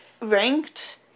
ranked